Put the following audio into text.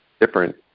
different